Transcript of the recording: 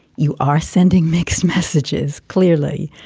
you are sending mixed messages, clearly.